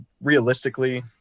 realistically